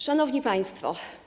Szanowni Państwo!